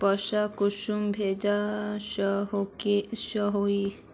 पैसा कुंसम भेज सकोही?